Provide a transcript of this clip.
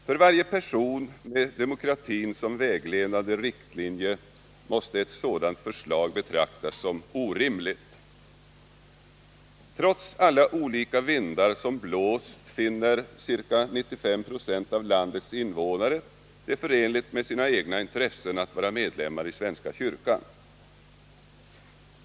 För varje person med demokratin som vägledande riktlinje måste ett sådant förslag betraktas som orimligt. Trots alla olika vindar som blåst finner 95 9c av landets invånare det förenligt med sina egna intressen att vara medlem i svenska kyrkan.